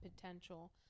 potential